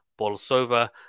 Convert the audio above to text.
Bolsova